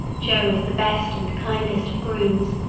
joe is the best and kindest of grooms.